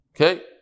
Okay